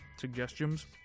suggestions